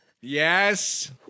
Yes